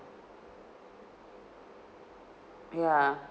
ya